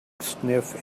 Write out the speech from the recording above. sniff